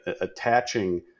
attaching